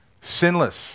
sinless